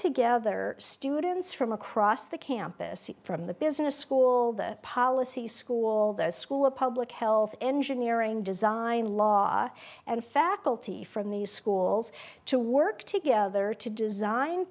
together students from across the campus from the business school the policy school the school of public health engineering design law and faculty from these schools to work together to design